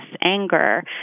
anger